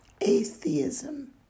atheism